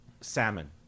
salmon